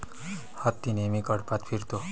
हत्ती नेहमी कळपात फिरतो